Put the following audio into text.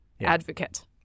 advocate